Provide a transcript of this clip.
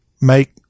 make –